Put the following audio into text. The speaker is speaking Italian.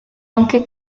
anche